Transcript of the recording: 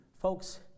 Folks